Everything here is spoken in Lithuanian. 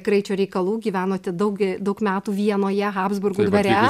kraičio reikalų gyvenote daug daug metų vienoje habsburgų dvare